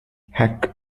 heck